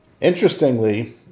Interestingly